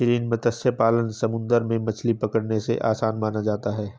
estuarine मत्स्य पालन समुंदर में मछली पकड़ने से आसान माना जाता है